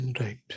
Right